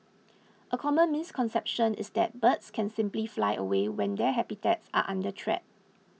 a common misconception is that birds can simply fly away when their habitats are under threat